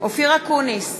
אופיר אקוניס,